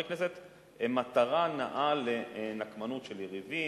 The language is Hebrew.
כנסת הם מטרה נעה לנקמנות של יריבים,